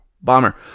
bomber